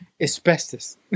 asbestos